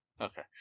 okay